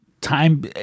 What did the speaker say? time